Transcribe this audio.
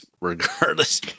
regardless